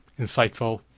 insightful